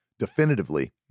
Definitively